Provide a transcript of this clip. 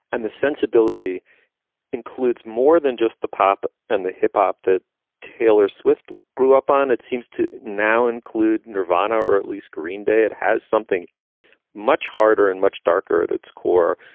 and the sensibility includes more than just the pop and the hip hop that taylor swift grew up on. it seems to now include nirvana or at least green day. it has something much harder and much darker at its core.